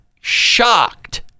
shocked